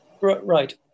Right